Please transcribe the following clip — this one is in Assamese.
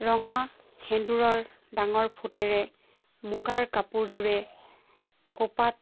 ৰঙা সেন্দুৰৰ ডাঙৰ ফুটে মুগাৰ কাপোৰযোৰে খোপাত